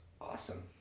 awesome